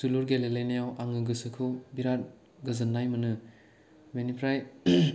जोलुर गेलेलायनायाव आं गोसोखौ बिराद गोजोन्नाय मोनो बेनिफ्राइ